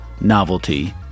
novelty